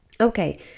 Okay